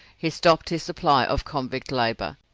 he stopped his supply of convict labour,